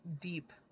deep